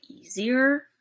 easier